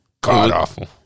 god-awful